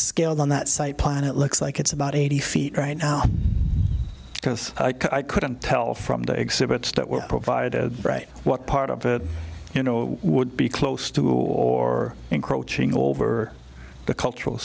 scale on that site plan it looks like it's about eighty feet right now because i couldn't tell from the exhibits that were provided what part of it you know would be close to or encroaching over the cultural